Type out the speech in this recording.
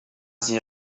sie